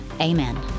amen